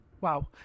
Wow